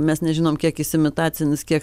mes nežinom kiek jis imitacinis kiek